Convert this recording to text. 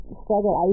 struggle